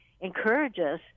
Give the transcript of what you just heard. encourages